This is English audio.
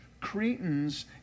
Cretans